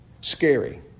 Scary